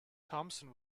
thomson